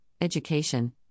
education